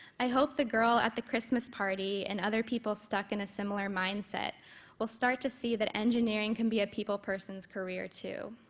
i hope the girl at the christmas party and other people stuck in a similar mindset will start to see that engineering can be a people person's career too,